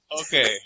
Okay